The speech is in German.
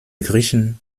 griechen